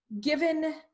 given